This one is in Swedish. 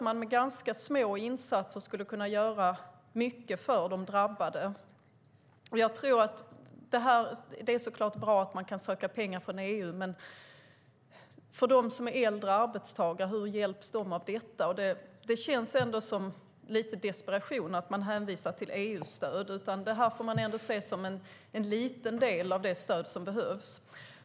Men med ganska små insatser skulle man kunna göra mycket för de drabbade. Det är bra att man kan söka pengar från EU, men hur hjälper det de äldre arbetstagarna? Det känns lite desperat att hänvisa till EU-stöd. Vi får se det som ett litet stöd av det som behövs.